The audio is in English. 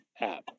app